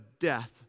death